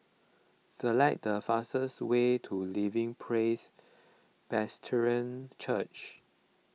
select the fastest way to Living Praise Presbyterian Church